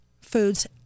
foods